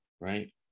right